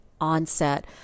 onset